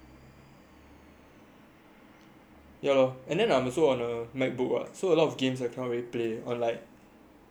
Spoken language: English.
ya loh and then I'm also on macbook ah so a lot of games I can't really play on like Steam or whatever